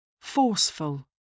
Forceful